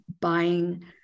buying